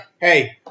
hey